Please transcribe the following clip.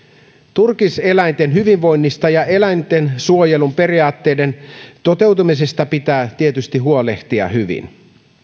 turkiseläinten hyvinvoinnista ja eläintensuojelun periaatteiden toteutumisesta pitää tietysti huolehtia hyvin